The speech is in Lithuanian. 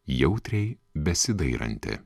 jautriai besidairanti